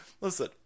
Listen